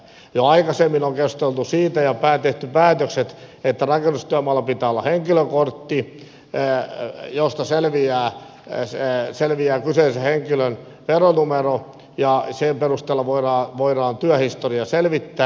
jo aikaisemmin on keskusteltu siitä ja tehty päätökset että rakennustyömaalla pitää olla henkilökortti josta selviää kyseisen henkilön veronumero ja sen perusteella voidaan työhistoria selvittää